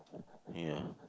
ya